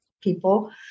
people